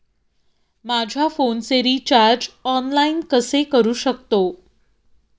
माझ्या फोनचे recharge online कसे करू शकतो?